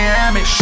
Miami